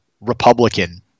Republican